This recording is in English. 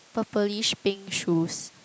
purplish pink shoes